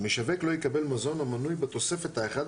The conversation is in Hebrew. "משווק לא יקבל מזון המנוי בתוספת האחת